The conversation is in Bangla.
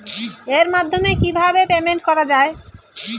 এর মাধ্যমে কিভাবে পেমেন্ট করা য়ায়?